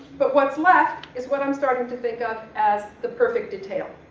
but what's left, is what i'm starting to think of as the perfect detail.